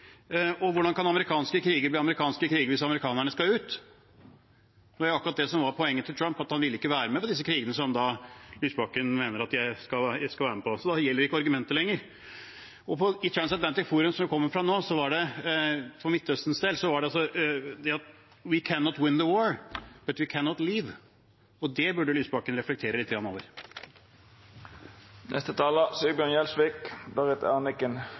Og hvordan kan amerikanske kriger bli amerikanske kriger hvis amerikanerne skal ut? Det var akkurat det som var poenget til Trump, at han ville ikke være med på disse krigene som Lysbakken mener at de skal være med på, så da gjelder ikke argumentet lenger. I Transatlantic Forum, som vi kommer fra nå, var det for Midtøstens del det at «we cannot win the war, but we cannot leave», og det burde Lysbakken reflektere